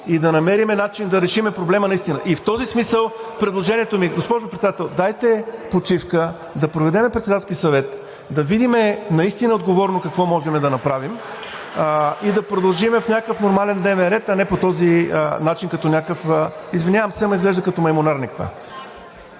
…и да намерим начин да решим проблема наистина. И в този смисъл предложението ми: госпожо Председател, дайте почивка, да проведем Председателски съвет, да видим наистина отговорно какво можем да направим и да продължим в някакъв нормален дневен ред, а не по този начин като някакъв – извинявам се, ама изглежда като маймунарник.